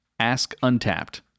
AskUntapped